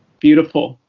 beautiful.